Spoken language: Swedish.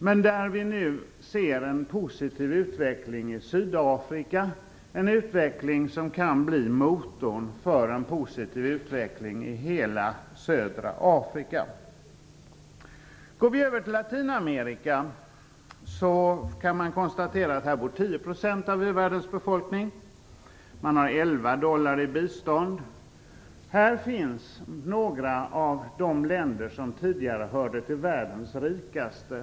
Vi ser nu dock en positiv utveckling i Sydafrika, en utveckling som kan bli motorn för en positiv utveckling i hela södra Afrika. Man kan konstatera att 10 % av u-världens befolkning bor i Latinamerika. Man har 11 dollar i bistånd per invånare och år. Här finns några av de länder som tidigare hörde till världens rikaste.